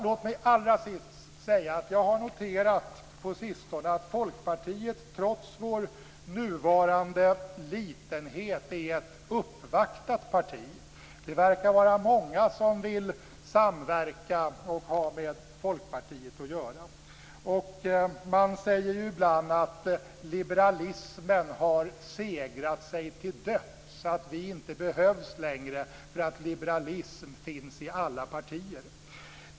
Låt mig allra sist säga att jag på sistone har noterat att Folkpartiet, trots vår nuvarande litenhet, är ett uppvaktat parti. Det verkar vara många som vill samverka och ha med Folkpartiet att göra. Man säger ju ibland att liberalismen har segrat sig till döds och att vi inte behövs längre eftersom liberalism finns i alla partier.